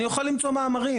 אני אוכל למצוא מאמרים,